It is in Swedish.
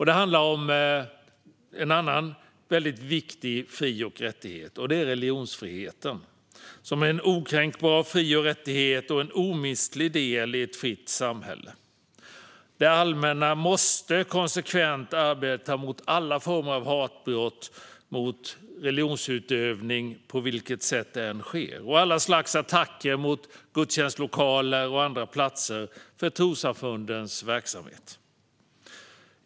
Det handlar om en annan mycket viktig fri och rättighet, nämligen religionsfriheten. Det är en okränkbar fri och rättighet och en omistlig del i ett fritt samhälle. Det allmänna måste konsekvent arbeta mot alla former av hatbrott mot religionsutövning på vilket sätt de än sker och mot alla slags attacker mot gudstjänstlokaler och andra platser för trossamfundens verksamhet.